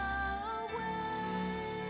away